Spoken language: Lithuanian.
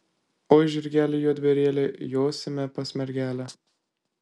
oi žirgeli juodbėrėli josime pas mergelę